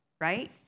Right